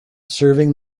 serving